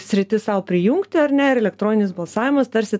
sritis sau prijungti ar ne ir elektroninis balsavimas tarsi